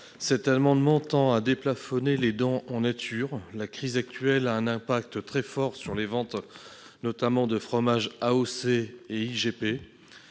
Cet amendement tend à déplafonner les dons en nature. La crise actuelle a un impact très fort sur les ventes, notamment de fromages AOC